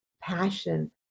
passion